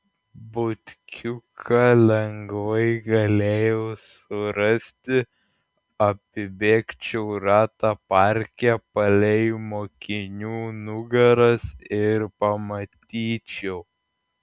butkiuką lengvai galėjau surasti apibėgčiau ratą parke palei mokinių nugaras ir pamatyčiau